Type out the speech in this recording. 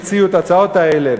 הציעו את ההצעות האלה,